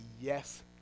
yes